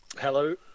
Hello